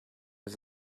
was